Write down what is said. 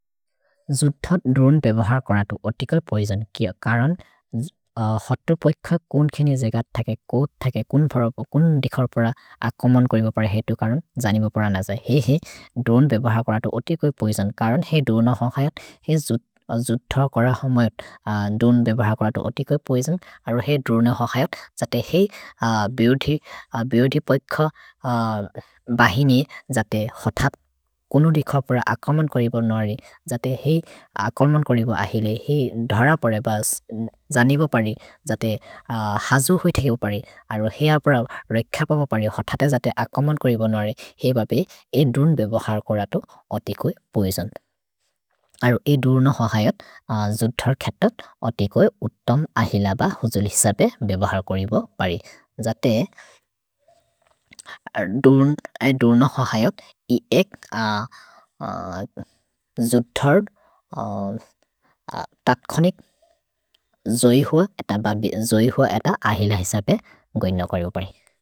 जुथत् द्रोन् बेबहर् करतु ओतिकल् पोइजन् किअ, करन् होतो पएख कुन् खेनि जेगर् थके कुन् फरो प कुन् दिखर् पर आकोमन् करिमु पर हेतु करन्। जनिमु पर्हान् लज हे हे, द्रोन् बेबहर् करतु ओतिकल् पोइजन् करन् हे द्रोन होहयत्, हे जुथत् द्रोन् बेबहर् करतु ओतिकल् पोइजन्, अरो हे द्रोन होहयत् जते हे बियोति पएख बहिनि जते होथत् कुनु दिखर् पर आकोमन् करिमु नोरि, जते हे आकोमन् करिमु अहिले हे धर परे ब जनिमु पर्हि जते हजु हुइ थेकेबु पर्हि, अरो हे अप्र रैख पप पर्हि होथते जते आकोमन् करिमु नोरि, हे बपे ए द्रोन् बेबहर् करतु ओतिकल् पोइजन्। अरो हे द्रोन होहयत् जुथर् खेतत् ओतिकोइ उत्तोम् अहिल ब हुजुल् हिसपे बेबहर् करिमु पर्हि, जते हे द्रोन होहयत् हे एक् जुथर् तत्खनिक् जोइ हुअ एत अहिल हिसपे गोय्न करिमु पर्हि।